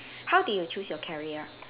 how did you choose your career